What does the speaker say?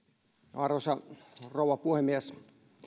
arvoisa rouva puhemies